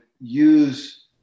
use